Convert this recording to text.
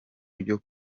ryo